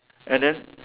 and then